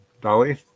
Dolly